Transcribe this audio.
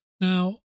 Now